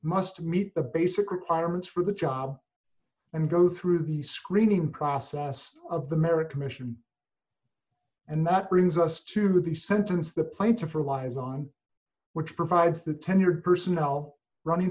must meet the basic requirements for the job and go through the screening process of the merit commission and that brings us to the sentence the plaintiff relies on which provides the tenured personnel running